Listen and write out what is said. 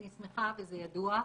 אני שמחה וזה ידוע.